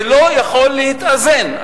זה לא יכול להתאזן.